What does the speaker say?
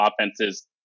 offenses